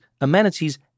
amenities